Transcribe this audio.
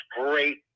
great